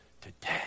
today